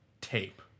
tape